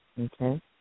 Okay